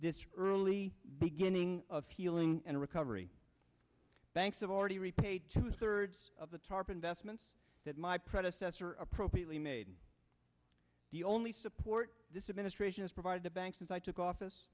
this really beginning of healing and recovery banks have already repaid two thirds of the tarp investments that my predecessor appropriately made the only support this administration has provided the bank since i took office